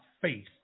faith